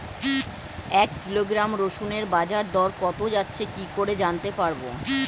এক কিলোগ্রাম রসুনের বাজার দর কত যাচ্ছে কি করে জানতে পারবো?